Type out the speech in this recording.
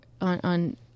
on